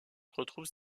retrouve